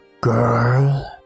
girl